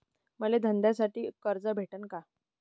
मले धंद्यासाठी कर्ज भेटन का?